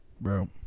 Bro